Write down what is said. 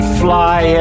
fly